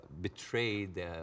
betrayed